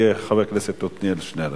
יהיה חבר הכנסת עתניאל שנלר.